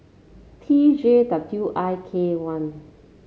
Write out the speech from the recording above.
T J W I K one